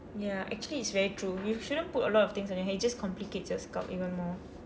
ya actually it's very true you shouldn't put a lot of things on your hair it just complicates your scalp even more